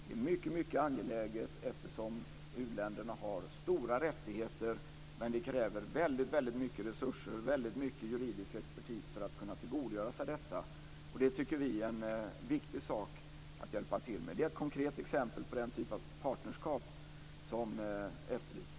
Det är mycket angeläget eftersom uländerna har stora rättigheter men det krävs väldigt mycket resurser och väldigt mycket juridisk expertis för att kunna tillgodogöra sig detta. Det tycker vi är en viktig sak att hjälpa till med. Detta är ett konkret exempel på den typ av partnerskap som efterlystes.